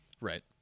Right